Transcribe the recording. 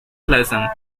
pleasant